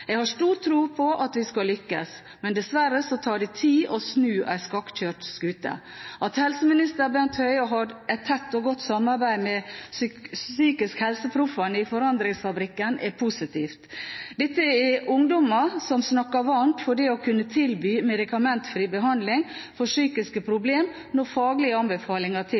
Jeg har stor tro på at vi skal lykkes, men dessverre tar det tid å snu en skakkjørt skute. At helseminister Bent Høie har et tett og godt samarbeid med PsykiskhelseProffene i Forandringsfabrikken, er positivt. Dette er ungdom som snakker varmt for det å kunne tilby medikamentfri behandling for psykiske problem når faglige anbefalinger tilsier det. Det er ungdommer som kjenner til